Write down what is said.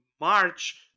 March